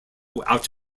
out